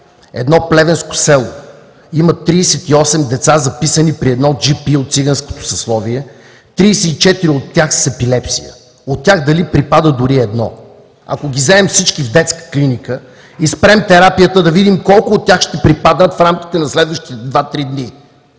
Едно плевенско село има 38 деца, записани при едно джипи от циганското съсловие – 34 от тях са с епилепсия. От тях дали припада дори едно? Ако ги вземем всички в детска клиника и спрем терапията, да видим колко от тях ще припаднат в рамките на следващите два,